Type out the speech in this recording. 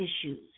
issues